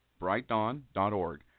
brightdawn.org